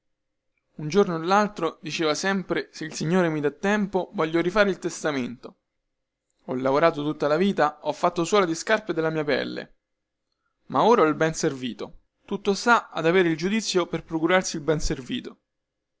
un giorno o laltro diceva sempre se il signore mi dà tempo voglio rifare il testamento ho lavorato tutta la vita ho fatto suola di scarpe della mia pelle ma ora ho il benservito tutto sta ad avere il giudizio per procurarsi il benservito